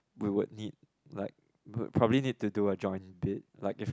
we would need like would probably need to do a join bid like if